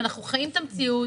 אנחנו חיים את המציאות.